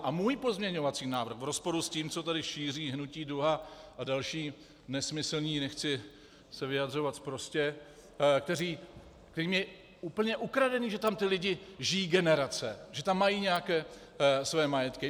A můj pozměňovací návrh je v rozporu s tím, co tady šíří Hnutí DUHA a další nesmyslní, nechci se vyjadřovat sprostě, kterým je úplně ukradený, že tam ti lidi žijí generace, že tam mají nějaké své majetky.